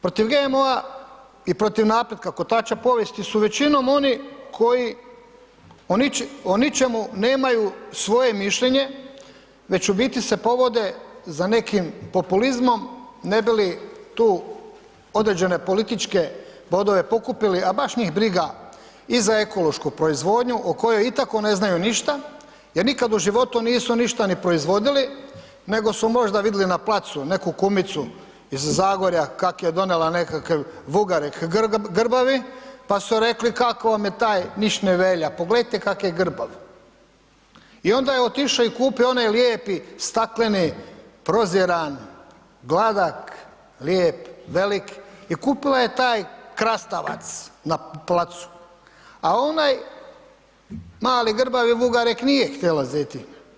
Protiv GMO-a i protiv napretka kotača povijesti su većinom oni koji o ničemu nemaju svoje mišljenje, već u biti se povode za nekim populizmom ne bi li tu određene političke bodove pokupili, a baš njih briga i za ekološku proizvodnju o kojoj i tako ne znaju ništa jer nikad u životu nisu ništa ni proizvodili, nego su možda vidjeli na placu neku kumicu iz Zagorja kak je donijela nekakav vugarek grbavi, pa su rekli kako vam je taj, niš ne velja, poglejte kak je grbav i onda je otišao i kupio onaj lijepi stakleni, proziran, gladak, lijep, velik i kupila je taj krastavac na placu, a onaj mali grbavi vugarek nije htela zeti.